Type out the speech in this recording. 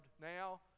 now